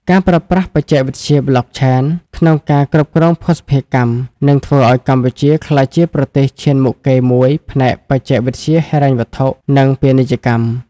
ការប្រើប្រាស់បច្ចេកវិទ្យា Blockchain ក្នុងការគ្រប់គ្រងភស្តុភារកម្ម នឹងធ្វើឱ្យកម្ពុជាក្លាយជាប្រទេសឈានមុខគេមួយផ្នែកបច្ចេកវិទ្យាហិរញ្ញវត្ថុ និងពាណិជ្ជកម្ម។